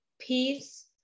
peace